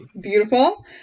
Beautiful